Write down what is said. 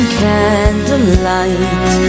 candlelight